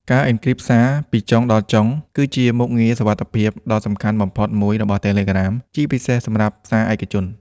ការអ៊ិនគ្រីបសារពីចុងដល់ចុង (end-to-end encryption) គឺជាមុខងារសុវត្ថិភាពដ៏សំខាន់បំផុតមួយរបស់ Telegram ជាពិសេសសម្រាប់ សារឯកជន។